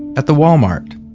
at the wall mart,